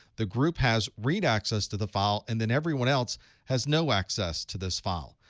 the group has read access to the file, and then everyone else has no access to this file.